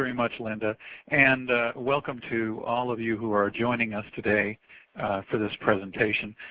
much linda and welcome to all of you who are joining us today for this presentation.